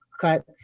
cut